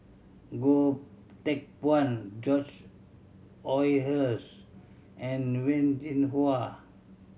Goh Teck Phuan George Oehlers and Wen Jinhua